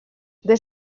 des